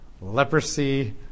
leprosy